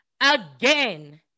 again